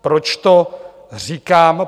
Proč to říkám?